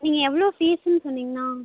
நீங்கள் எவ்வளோ ஃபீஸுன்னு சொன்னிங்கன்னா